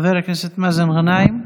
חבר הכנסת מאזן גנאים,